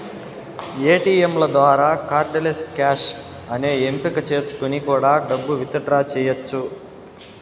ఏటీయంల ద్వారా cardless cash అనే ఎంపిక చేసుకొని కూడా డబ్బు విత్ డ్రా చెయ్యచ్చు